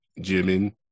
Jimin